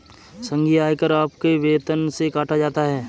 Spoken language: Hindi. संघीय आयकर आपके वेतन से काटा जाता हैं